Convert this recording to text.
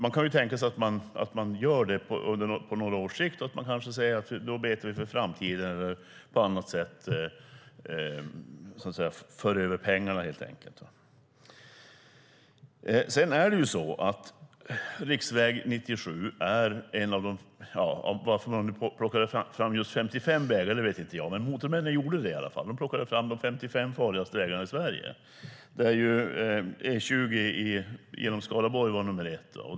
Man kan tänka sig att man gör det på några års sikt för framtiden och helt enkelt för över pengarna. Varför man har plockat fram just 55 vägar vet jag inte. Men Motormännen gjorde i varje fall det. Man plockade fram de 55 farligaste vägarna i Sverige.